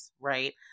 Right